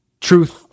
Truth